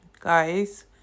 guys